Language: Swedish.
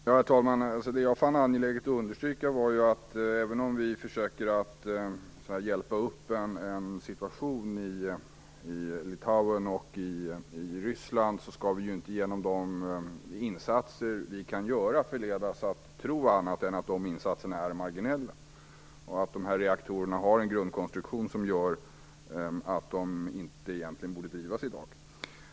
Herr talman! Det jag fann angeläget att understryka var att även om vi försöker hjälpa upp situationen i Litauen och i Ryssland skall vi inte genom de insatser vi kan göra förledas tro annat än att dessa insatser är marginella. De här reaktorerna har en grundkonstruktion som gör att de egentligen inte borde drivas i dag.